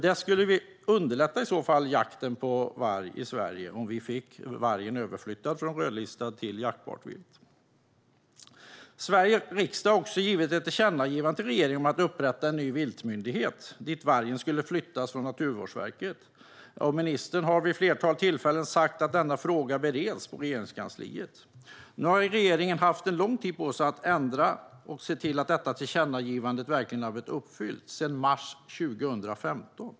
Det skulle underlätta jakten på varg i Sverige om vi fick den överflyttad från rödlistad till jaktbart vilt. Sveriges riksdag har givit ett tillkännagivande till regeringen om att upprätta en ny viltmyndighet dit vargen skulle flyttas från Naturvårdsverket. Ministern har vid ett flertal tillfällen sagt att denna fråga bereds på Regeringskansliet. Nu har regeringen haft lång tid på sig, sedan mars 2015, att ändra och se till att tillkännagivandet verkligen uppfylls.